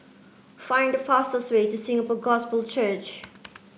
find the fastest way to Singapore Gospel Church